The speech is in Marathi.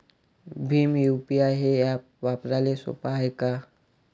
भीम यू.पी.आय हे ॲप वापराले सोपे हाय का?